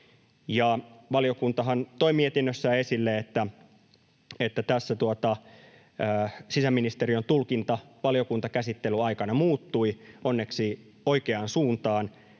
Valiokuntahan toi mietinnössä esille, että tässä sisäministeriön tulkinta valiokuntakäsittelyn aikana muuttui — onneksi oikeaan suuntaan